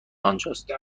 آنجاست